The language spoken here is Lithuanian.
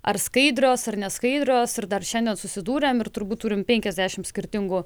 ar skaidrios ar neskaidrios ir dar šiandien susidūrėm ir turbūt turime penkiasdešimt skirtingų